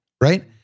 Right